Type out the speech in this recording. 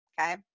Okay